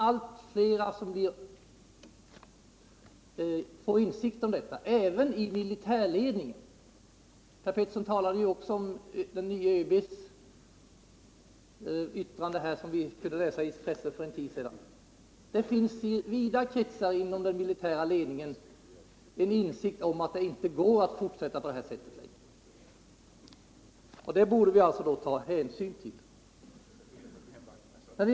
Allt fler får insikt om detta — även i militärledningen. Per Petersson talade också om den nye ÖB:s yttrande, som vi kunde läsa i pressen för en tid sedan. I vida kretsar inom militärledningen finns en insikt om att det inte går att fortsätta på detta sätt längre. Det borde vi då ta hänsyn till.